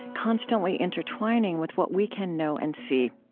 constantly intertwining with what we can know and see.